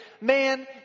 man